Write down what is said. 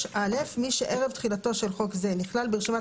הוראות מעבר 6. (א)מי שערב תחילתו של חוק זה נכלל ברשימת